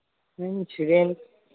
ma'am